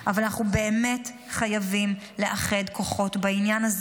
אבל אנחנו באמת חייבים לאחד כוחות בעניין הזה.